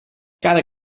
cada